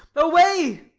away,